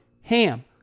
HAM